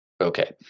Okay